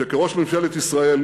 שכראש ממשלת ישראל